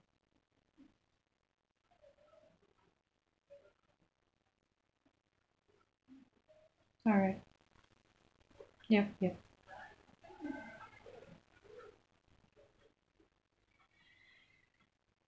alright yup yup